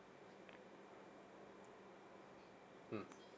mm